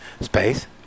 space